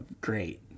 great